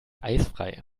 eisfrei